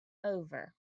over